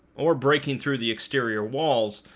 or breaking through the exterior walls,